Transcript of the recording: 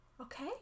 okay